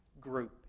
group